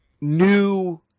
new